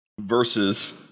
versus